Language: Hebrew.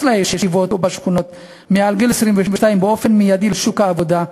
לישיבות או בשכונות ומעל גיל 22 באופן מיידי לשוק העבודה,